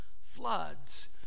floods